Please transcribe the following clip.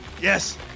Yes